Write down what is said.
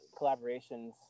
collaborations